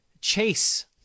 chase